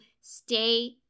stay